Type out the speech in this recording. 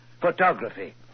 Photography